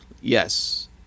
Yes